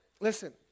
Listen